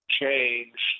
change